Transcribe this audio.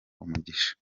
umugisha